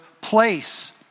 place